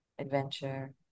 adventure